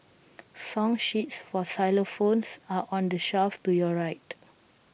song sheets for xylophones are on the shelf to your right